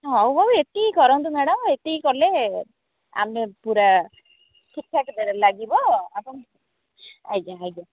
ହଉ ହଉ ଏତିକି କରନ୍ତୁ ମ୍ୟାଡ଼ାମ୍ ଏତିକି କଲେ ଆମେ ପୁରା ଠିକ୍ଠାକ୍ ଲାଗିବ ଆପଣ ଆଜ୍ଞା ଆଜ୍ଞା